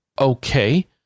Okay